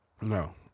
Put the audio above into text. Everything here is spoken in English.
No